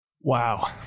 wow